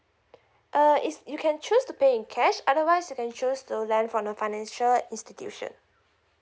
uh is you can choose to pay in cash otherwise you can choose to lend from the financial institution